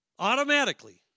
Automatically